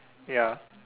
ya